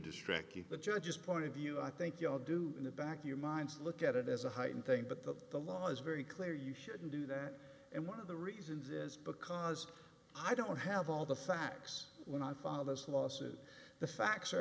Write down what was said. distract you but you're just point of view i think you all do in the back of your minds look at it as a heightened thing but that the law is very clear you shouldn't do that and one of the reasons is because i don't have all the facts when i file this lawsuit the facts are